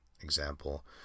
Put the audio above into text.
example